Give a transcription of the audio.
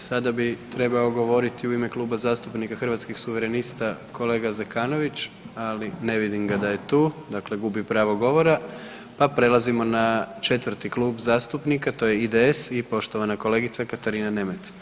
Sada bi trebao govoriti u ime Kluba zastupnika Hrvatskih suverenista kolega Zekanović, ali ne vidim da je tu, dakle gubi pravo govora, pa prelazimo na četvrti klub zastupnika to je IDS i poštovana kolegica Katarina Nemet.